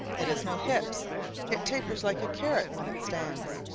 it has no hips it tapers like a carrot when it stands,